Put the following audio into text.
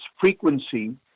frequency